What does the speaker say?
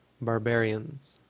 barbarians